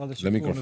משרד השיכון,